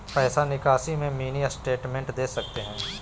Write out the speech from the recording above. पैसा निकासी में मिनी स्टेटमेंट दे सकते हैं?